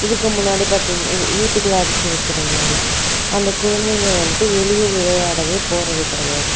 இதுக்கு முன்னாடி பார்த்தீங்க வீட்டுக்குள்ள அடைச்சி வைக்கிறதுனால அந்த குழந்தைங்க வந்துட்டு வெளியே விளையாடவே போகிறது கிடையாது